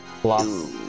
plus